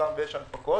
חסם ויש הנפקות.